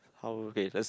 how old okay that's